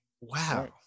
Wow